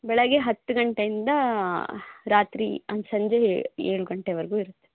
ಬೆಳಿಗ್ಗೆ ಹತ್ತು ಗಂಟೆಯಿಂದ ರಾತ್ರಿ ಸಂಜೆ ಏಳು ಗಂಟೆವರೆಗೂ ಇರುತ್ತೆ